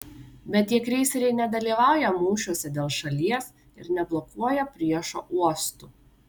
bet tie kreiseriai nedalyvauja mūšiuose dėl šalies ir neblokuoja priešo uostų